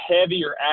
heavier